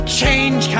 change